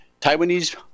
Taiwanese